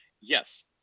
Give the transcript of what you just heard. yes